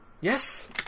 Yes